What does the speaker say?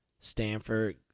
Stanford